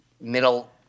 middle –